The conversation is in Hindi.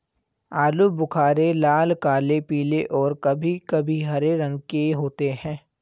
आलू बुख़ारे लाल, काले, पीले और कभी कभी हरे रंग के होते हैं